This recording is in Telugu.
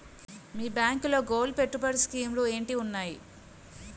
మీ బ్యాంకులో గోల్డ్ పెట్టుబడి స్కీం లు ఏంటి వున్నాయి?